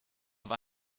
war